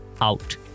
out